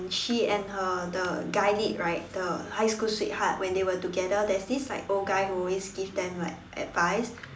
she and her the guy lead right the high school sweetheart when they were together there's this like old guy who always give them like advice